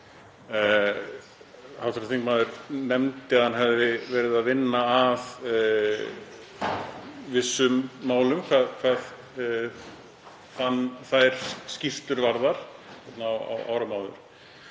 Hv. þingmaður nefndi að hann hefði verið að vinna að vissum málum hvað þær skýrslur varðar á árum áður.